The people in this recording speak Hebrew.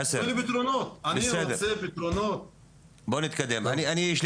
תנו לי פתרונות, אני רוצה פתרונות.